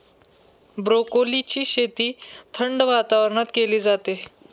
ब्रोकोलीची शेती थंड वातावरणात केली जाते